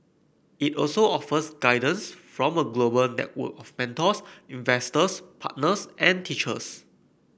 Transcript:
it also offers guidance from a global network of mentors investors partners and teachers